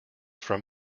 from